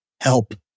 help